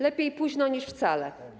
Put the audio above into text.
Lepiej późno niż wcale.